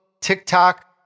TikTok